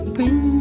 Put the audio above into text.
Bring